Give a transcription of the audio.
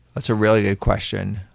a really a question.